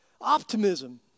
optimism